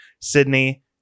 Sydney